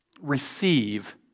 Receive